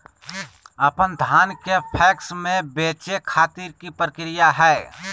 अपन धान के पैक्स मैं बेचे खातिर की प्रक्रिया हय?